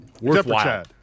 worthwhile